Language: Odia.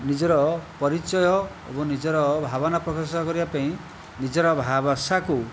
ନିଜର ପରିଚୟ ଏବଂ ନିଜର ଭାବନା ପ୍ରକାଶ କରିବା ପାଇଁ ନିଜର ଭାଷାକୁ